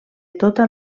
tota